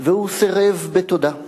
והוא סירב בתודה.